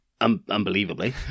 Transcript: Unbelievably